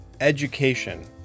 education